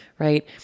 Right